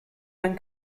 dann